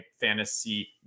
fantasy